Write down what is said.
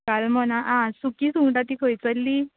गाल्मो ना आं सुकी सुंगटां तीं खंयसल्लीं